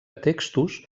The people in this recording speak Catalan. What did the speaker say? textos